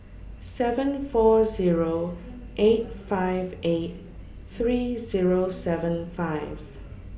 seven four Zero eight five eight three Zero seven five